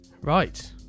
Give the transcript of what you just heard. Right